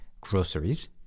groceries